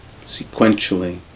sequentially